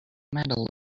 metal